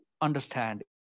understand